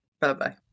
Bye-bye